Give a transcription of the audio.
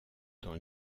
dans